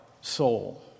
soul